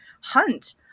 hunt